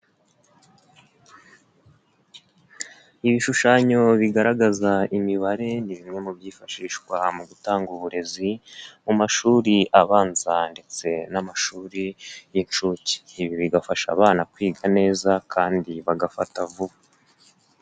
Ibishushanyo bigaragaza imibare ni bimwe mu byifashishwa mu gutanga uburezi mu mashuri abanza ndetse n'amashuri y'incushuke, ibi bigafasha abana kwiga neza kandi bagafata vuba.